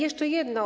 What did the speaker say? Jeszcze jedno.